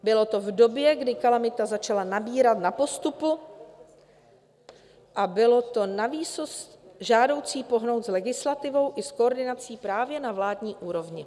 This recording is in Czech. Bylo to v době, kdy kalamita začala nabírat na postupu, a bylo na výsost žádoucí pohnout s legislativou i s koordinací právě na vládní úrovni.